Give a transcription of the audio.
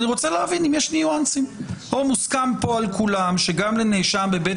אני רוצה להבין אם יש ניואנסים או מוסכם כאן על כולם שגם לנאשם בבית